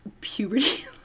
puberty